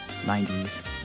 90s